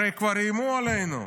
הרי כבר איימו עלינו.